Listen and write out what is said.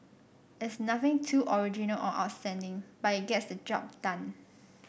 it's nothing too original or outstanding but it gets the job done